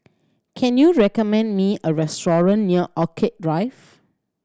can you recommend me a restaurant near Orchid Drive